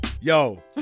Yo